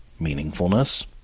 meaningfulness